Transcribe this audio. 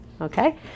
okay